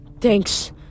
Thanks